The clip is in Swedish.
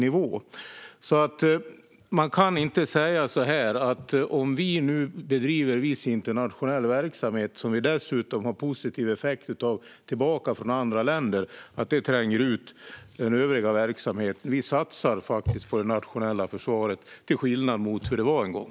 Man kan alltså inte säga att det tränger undan den övriga verksamheten om vi bedriver viss internationell verksamhet som dessutom ger oss positiva effekter tillbaka från andra länder. Vi satsar faktiskt på det nationella försvaret, till skillnad mot hur det var en gång.